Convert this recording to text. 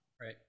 right